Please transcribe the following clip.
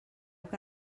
que